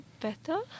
better